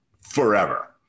forever